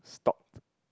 stop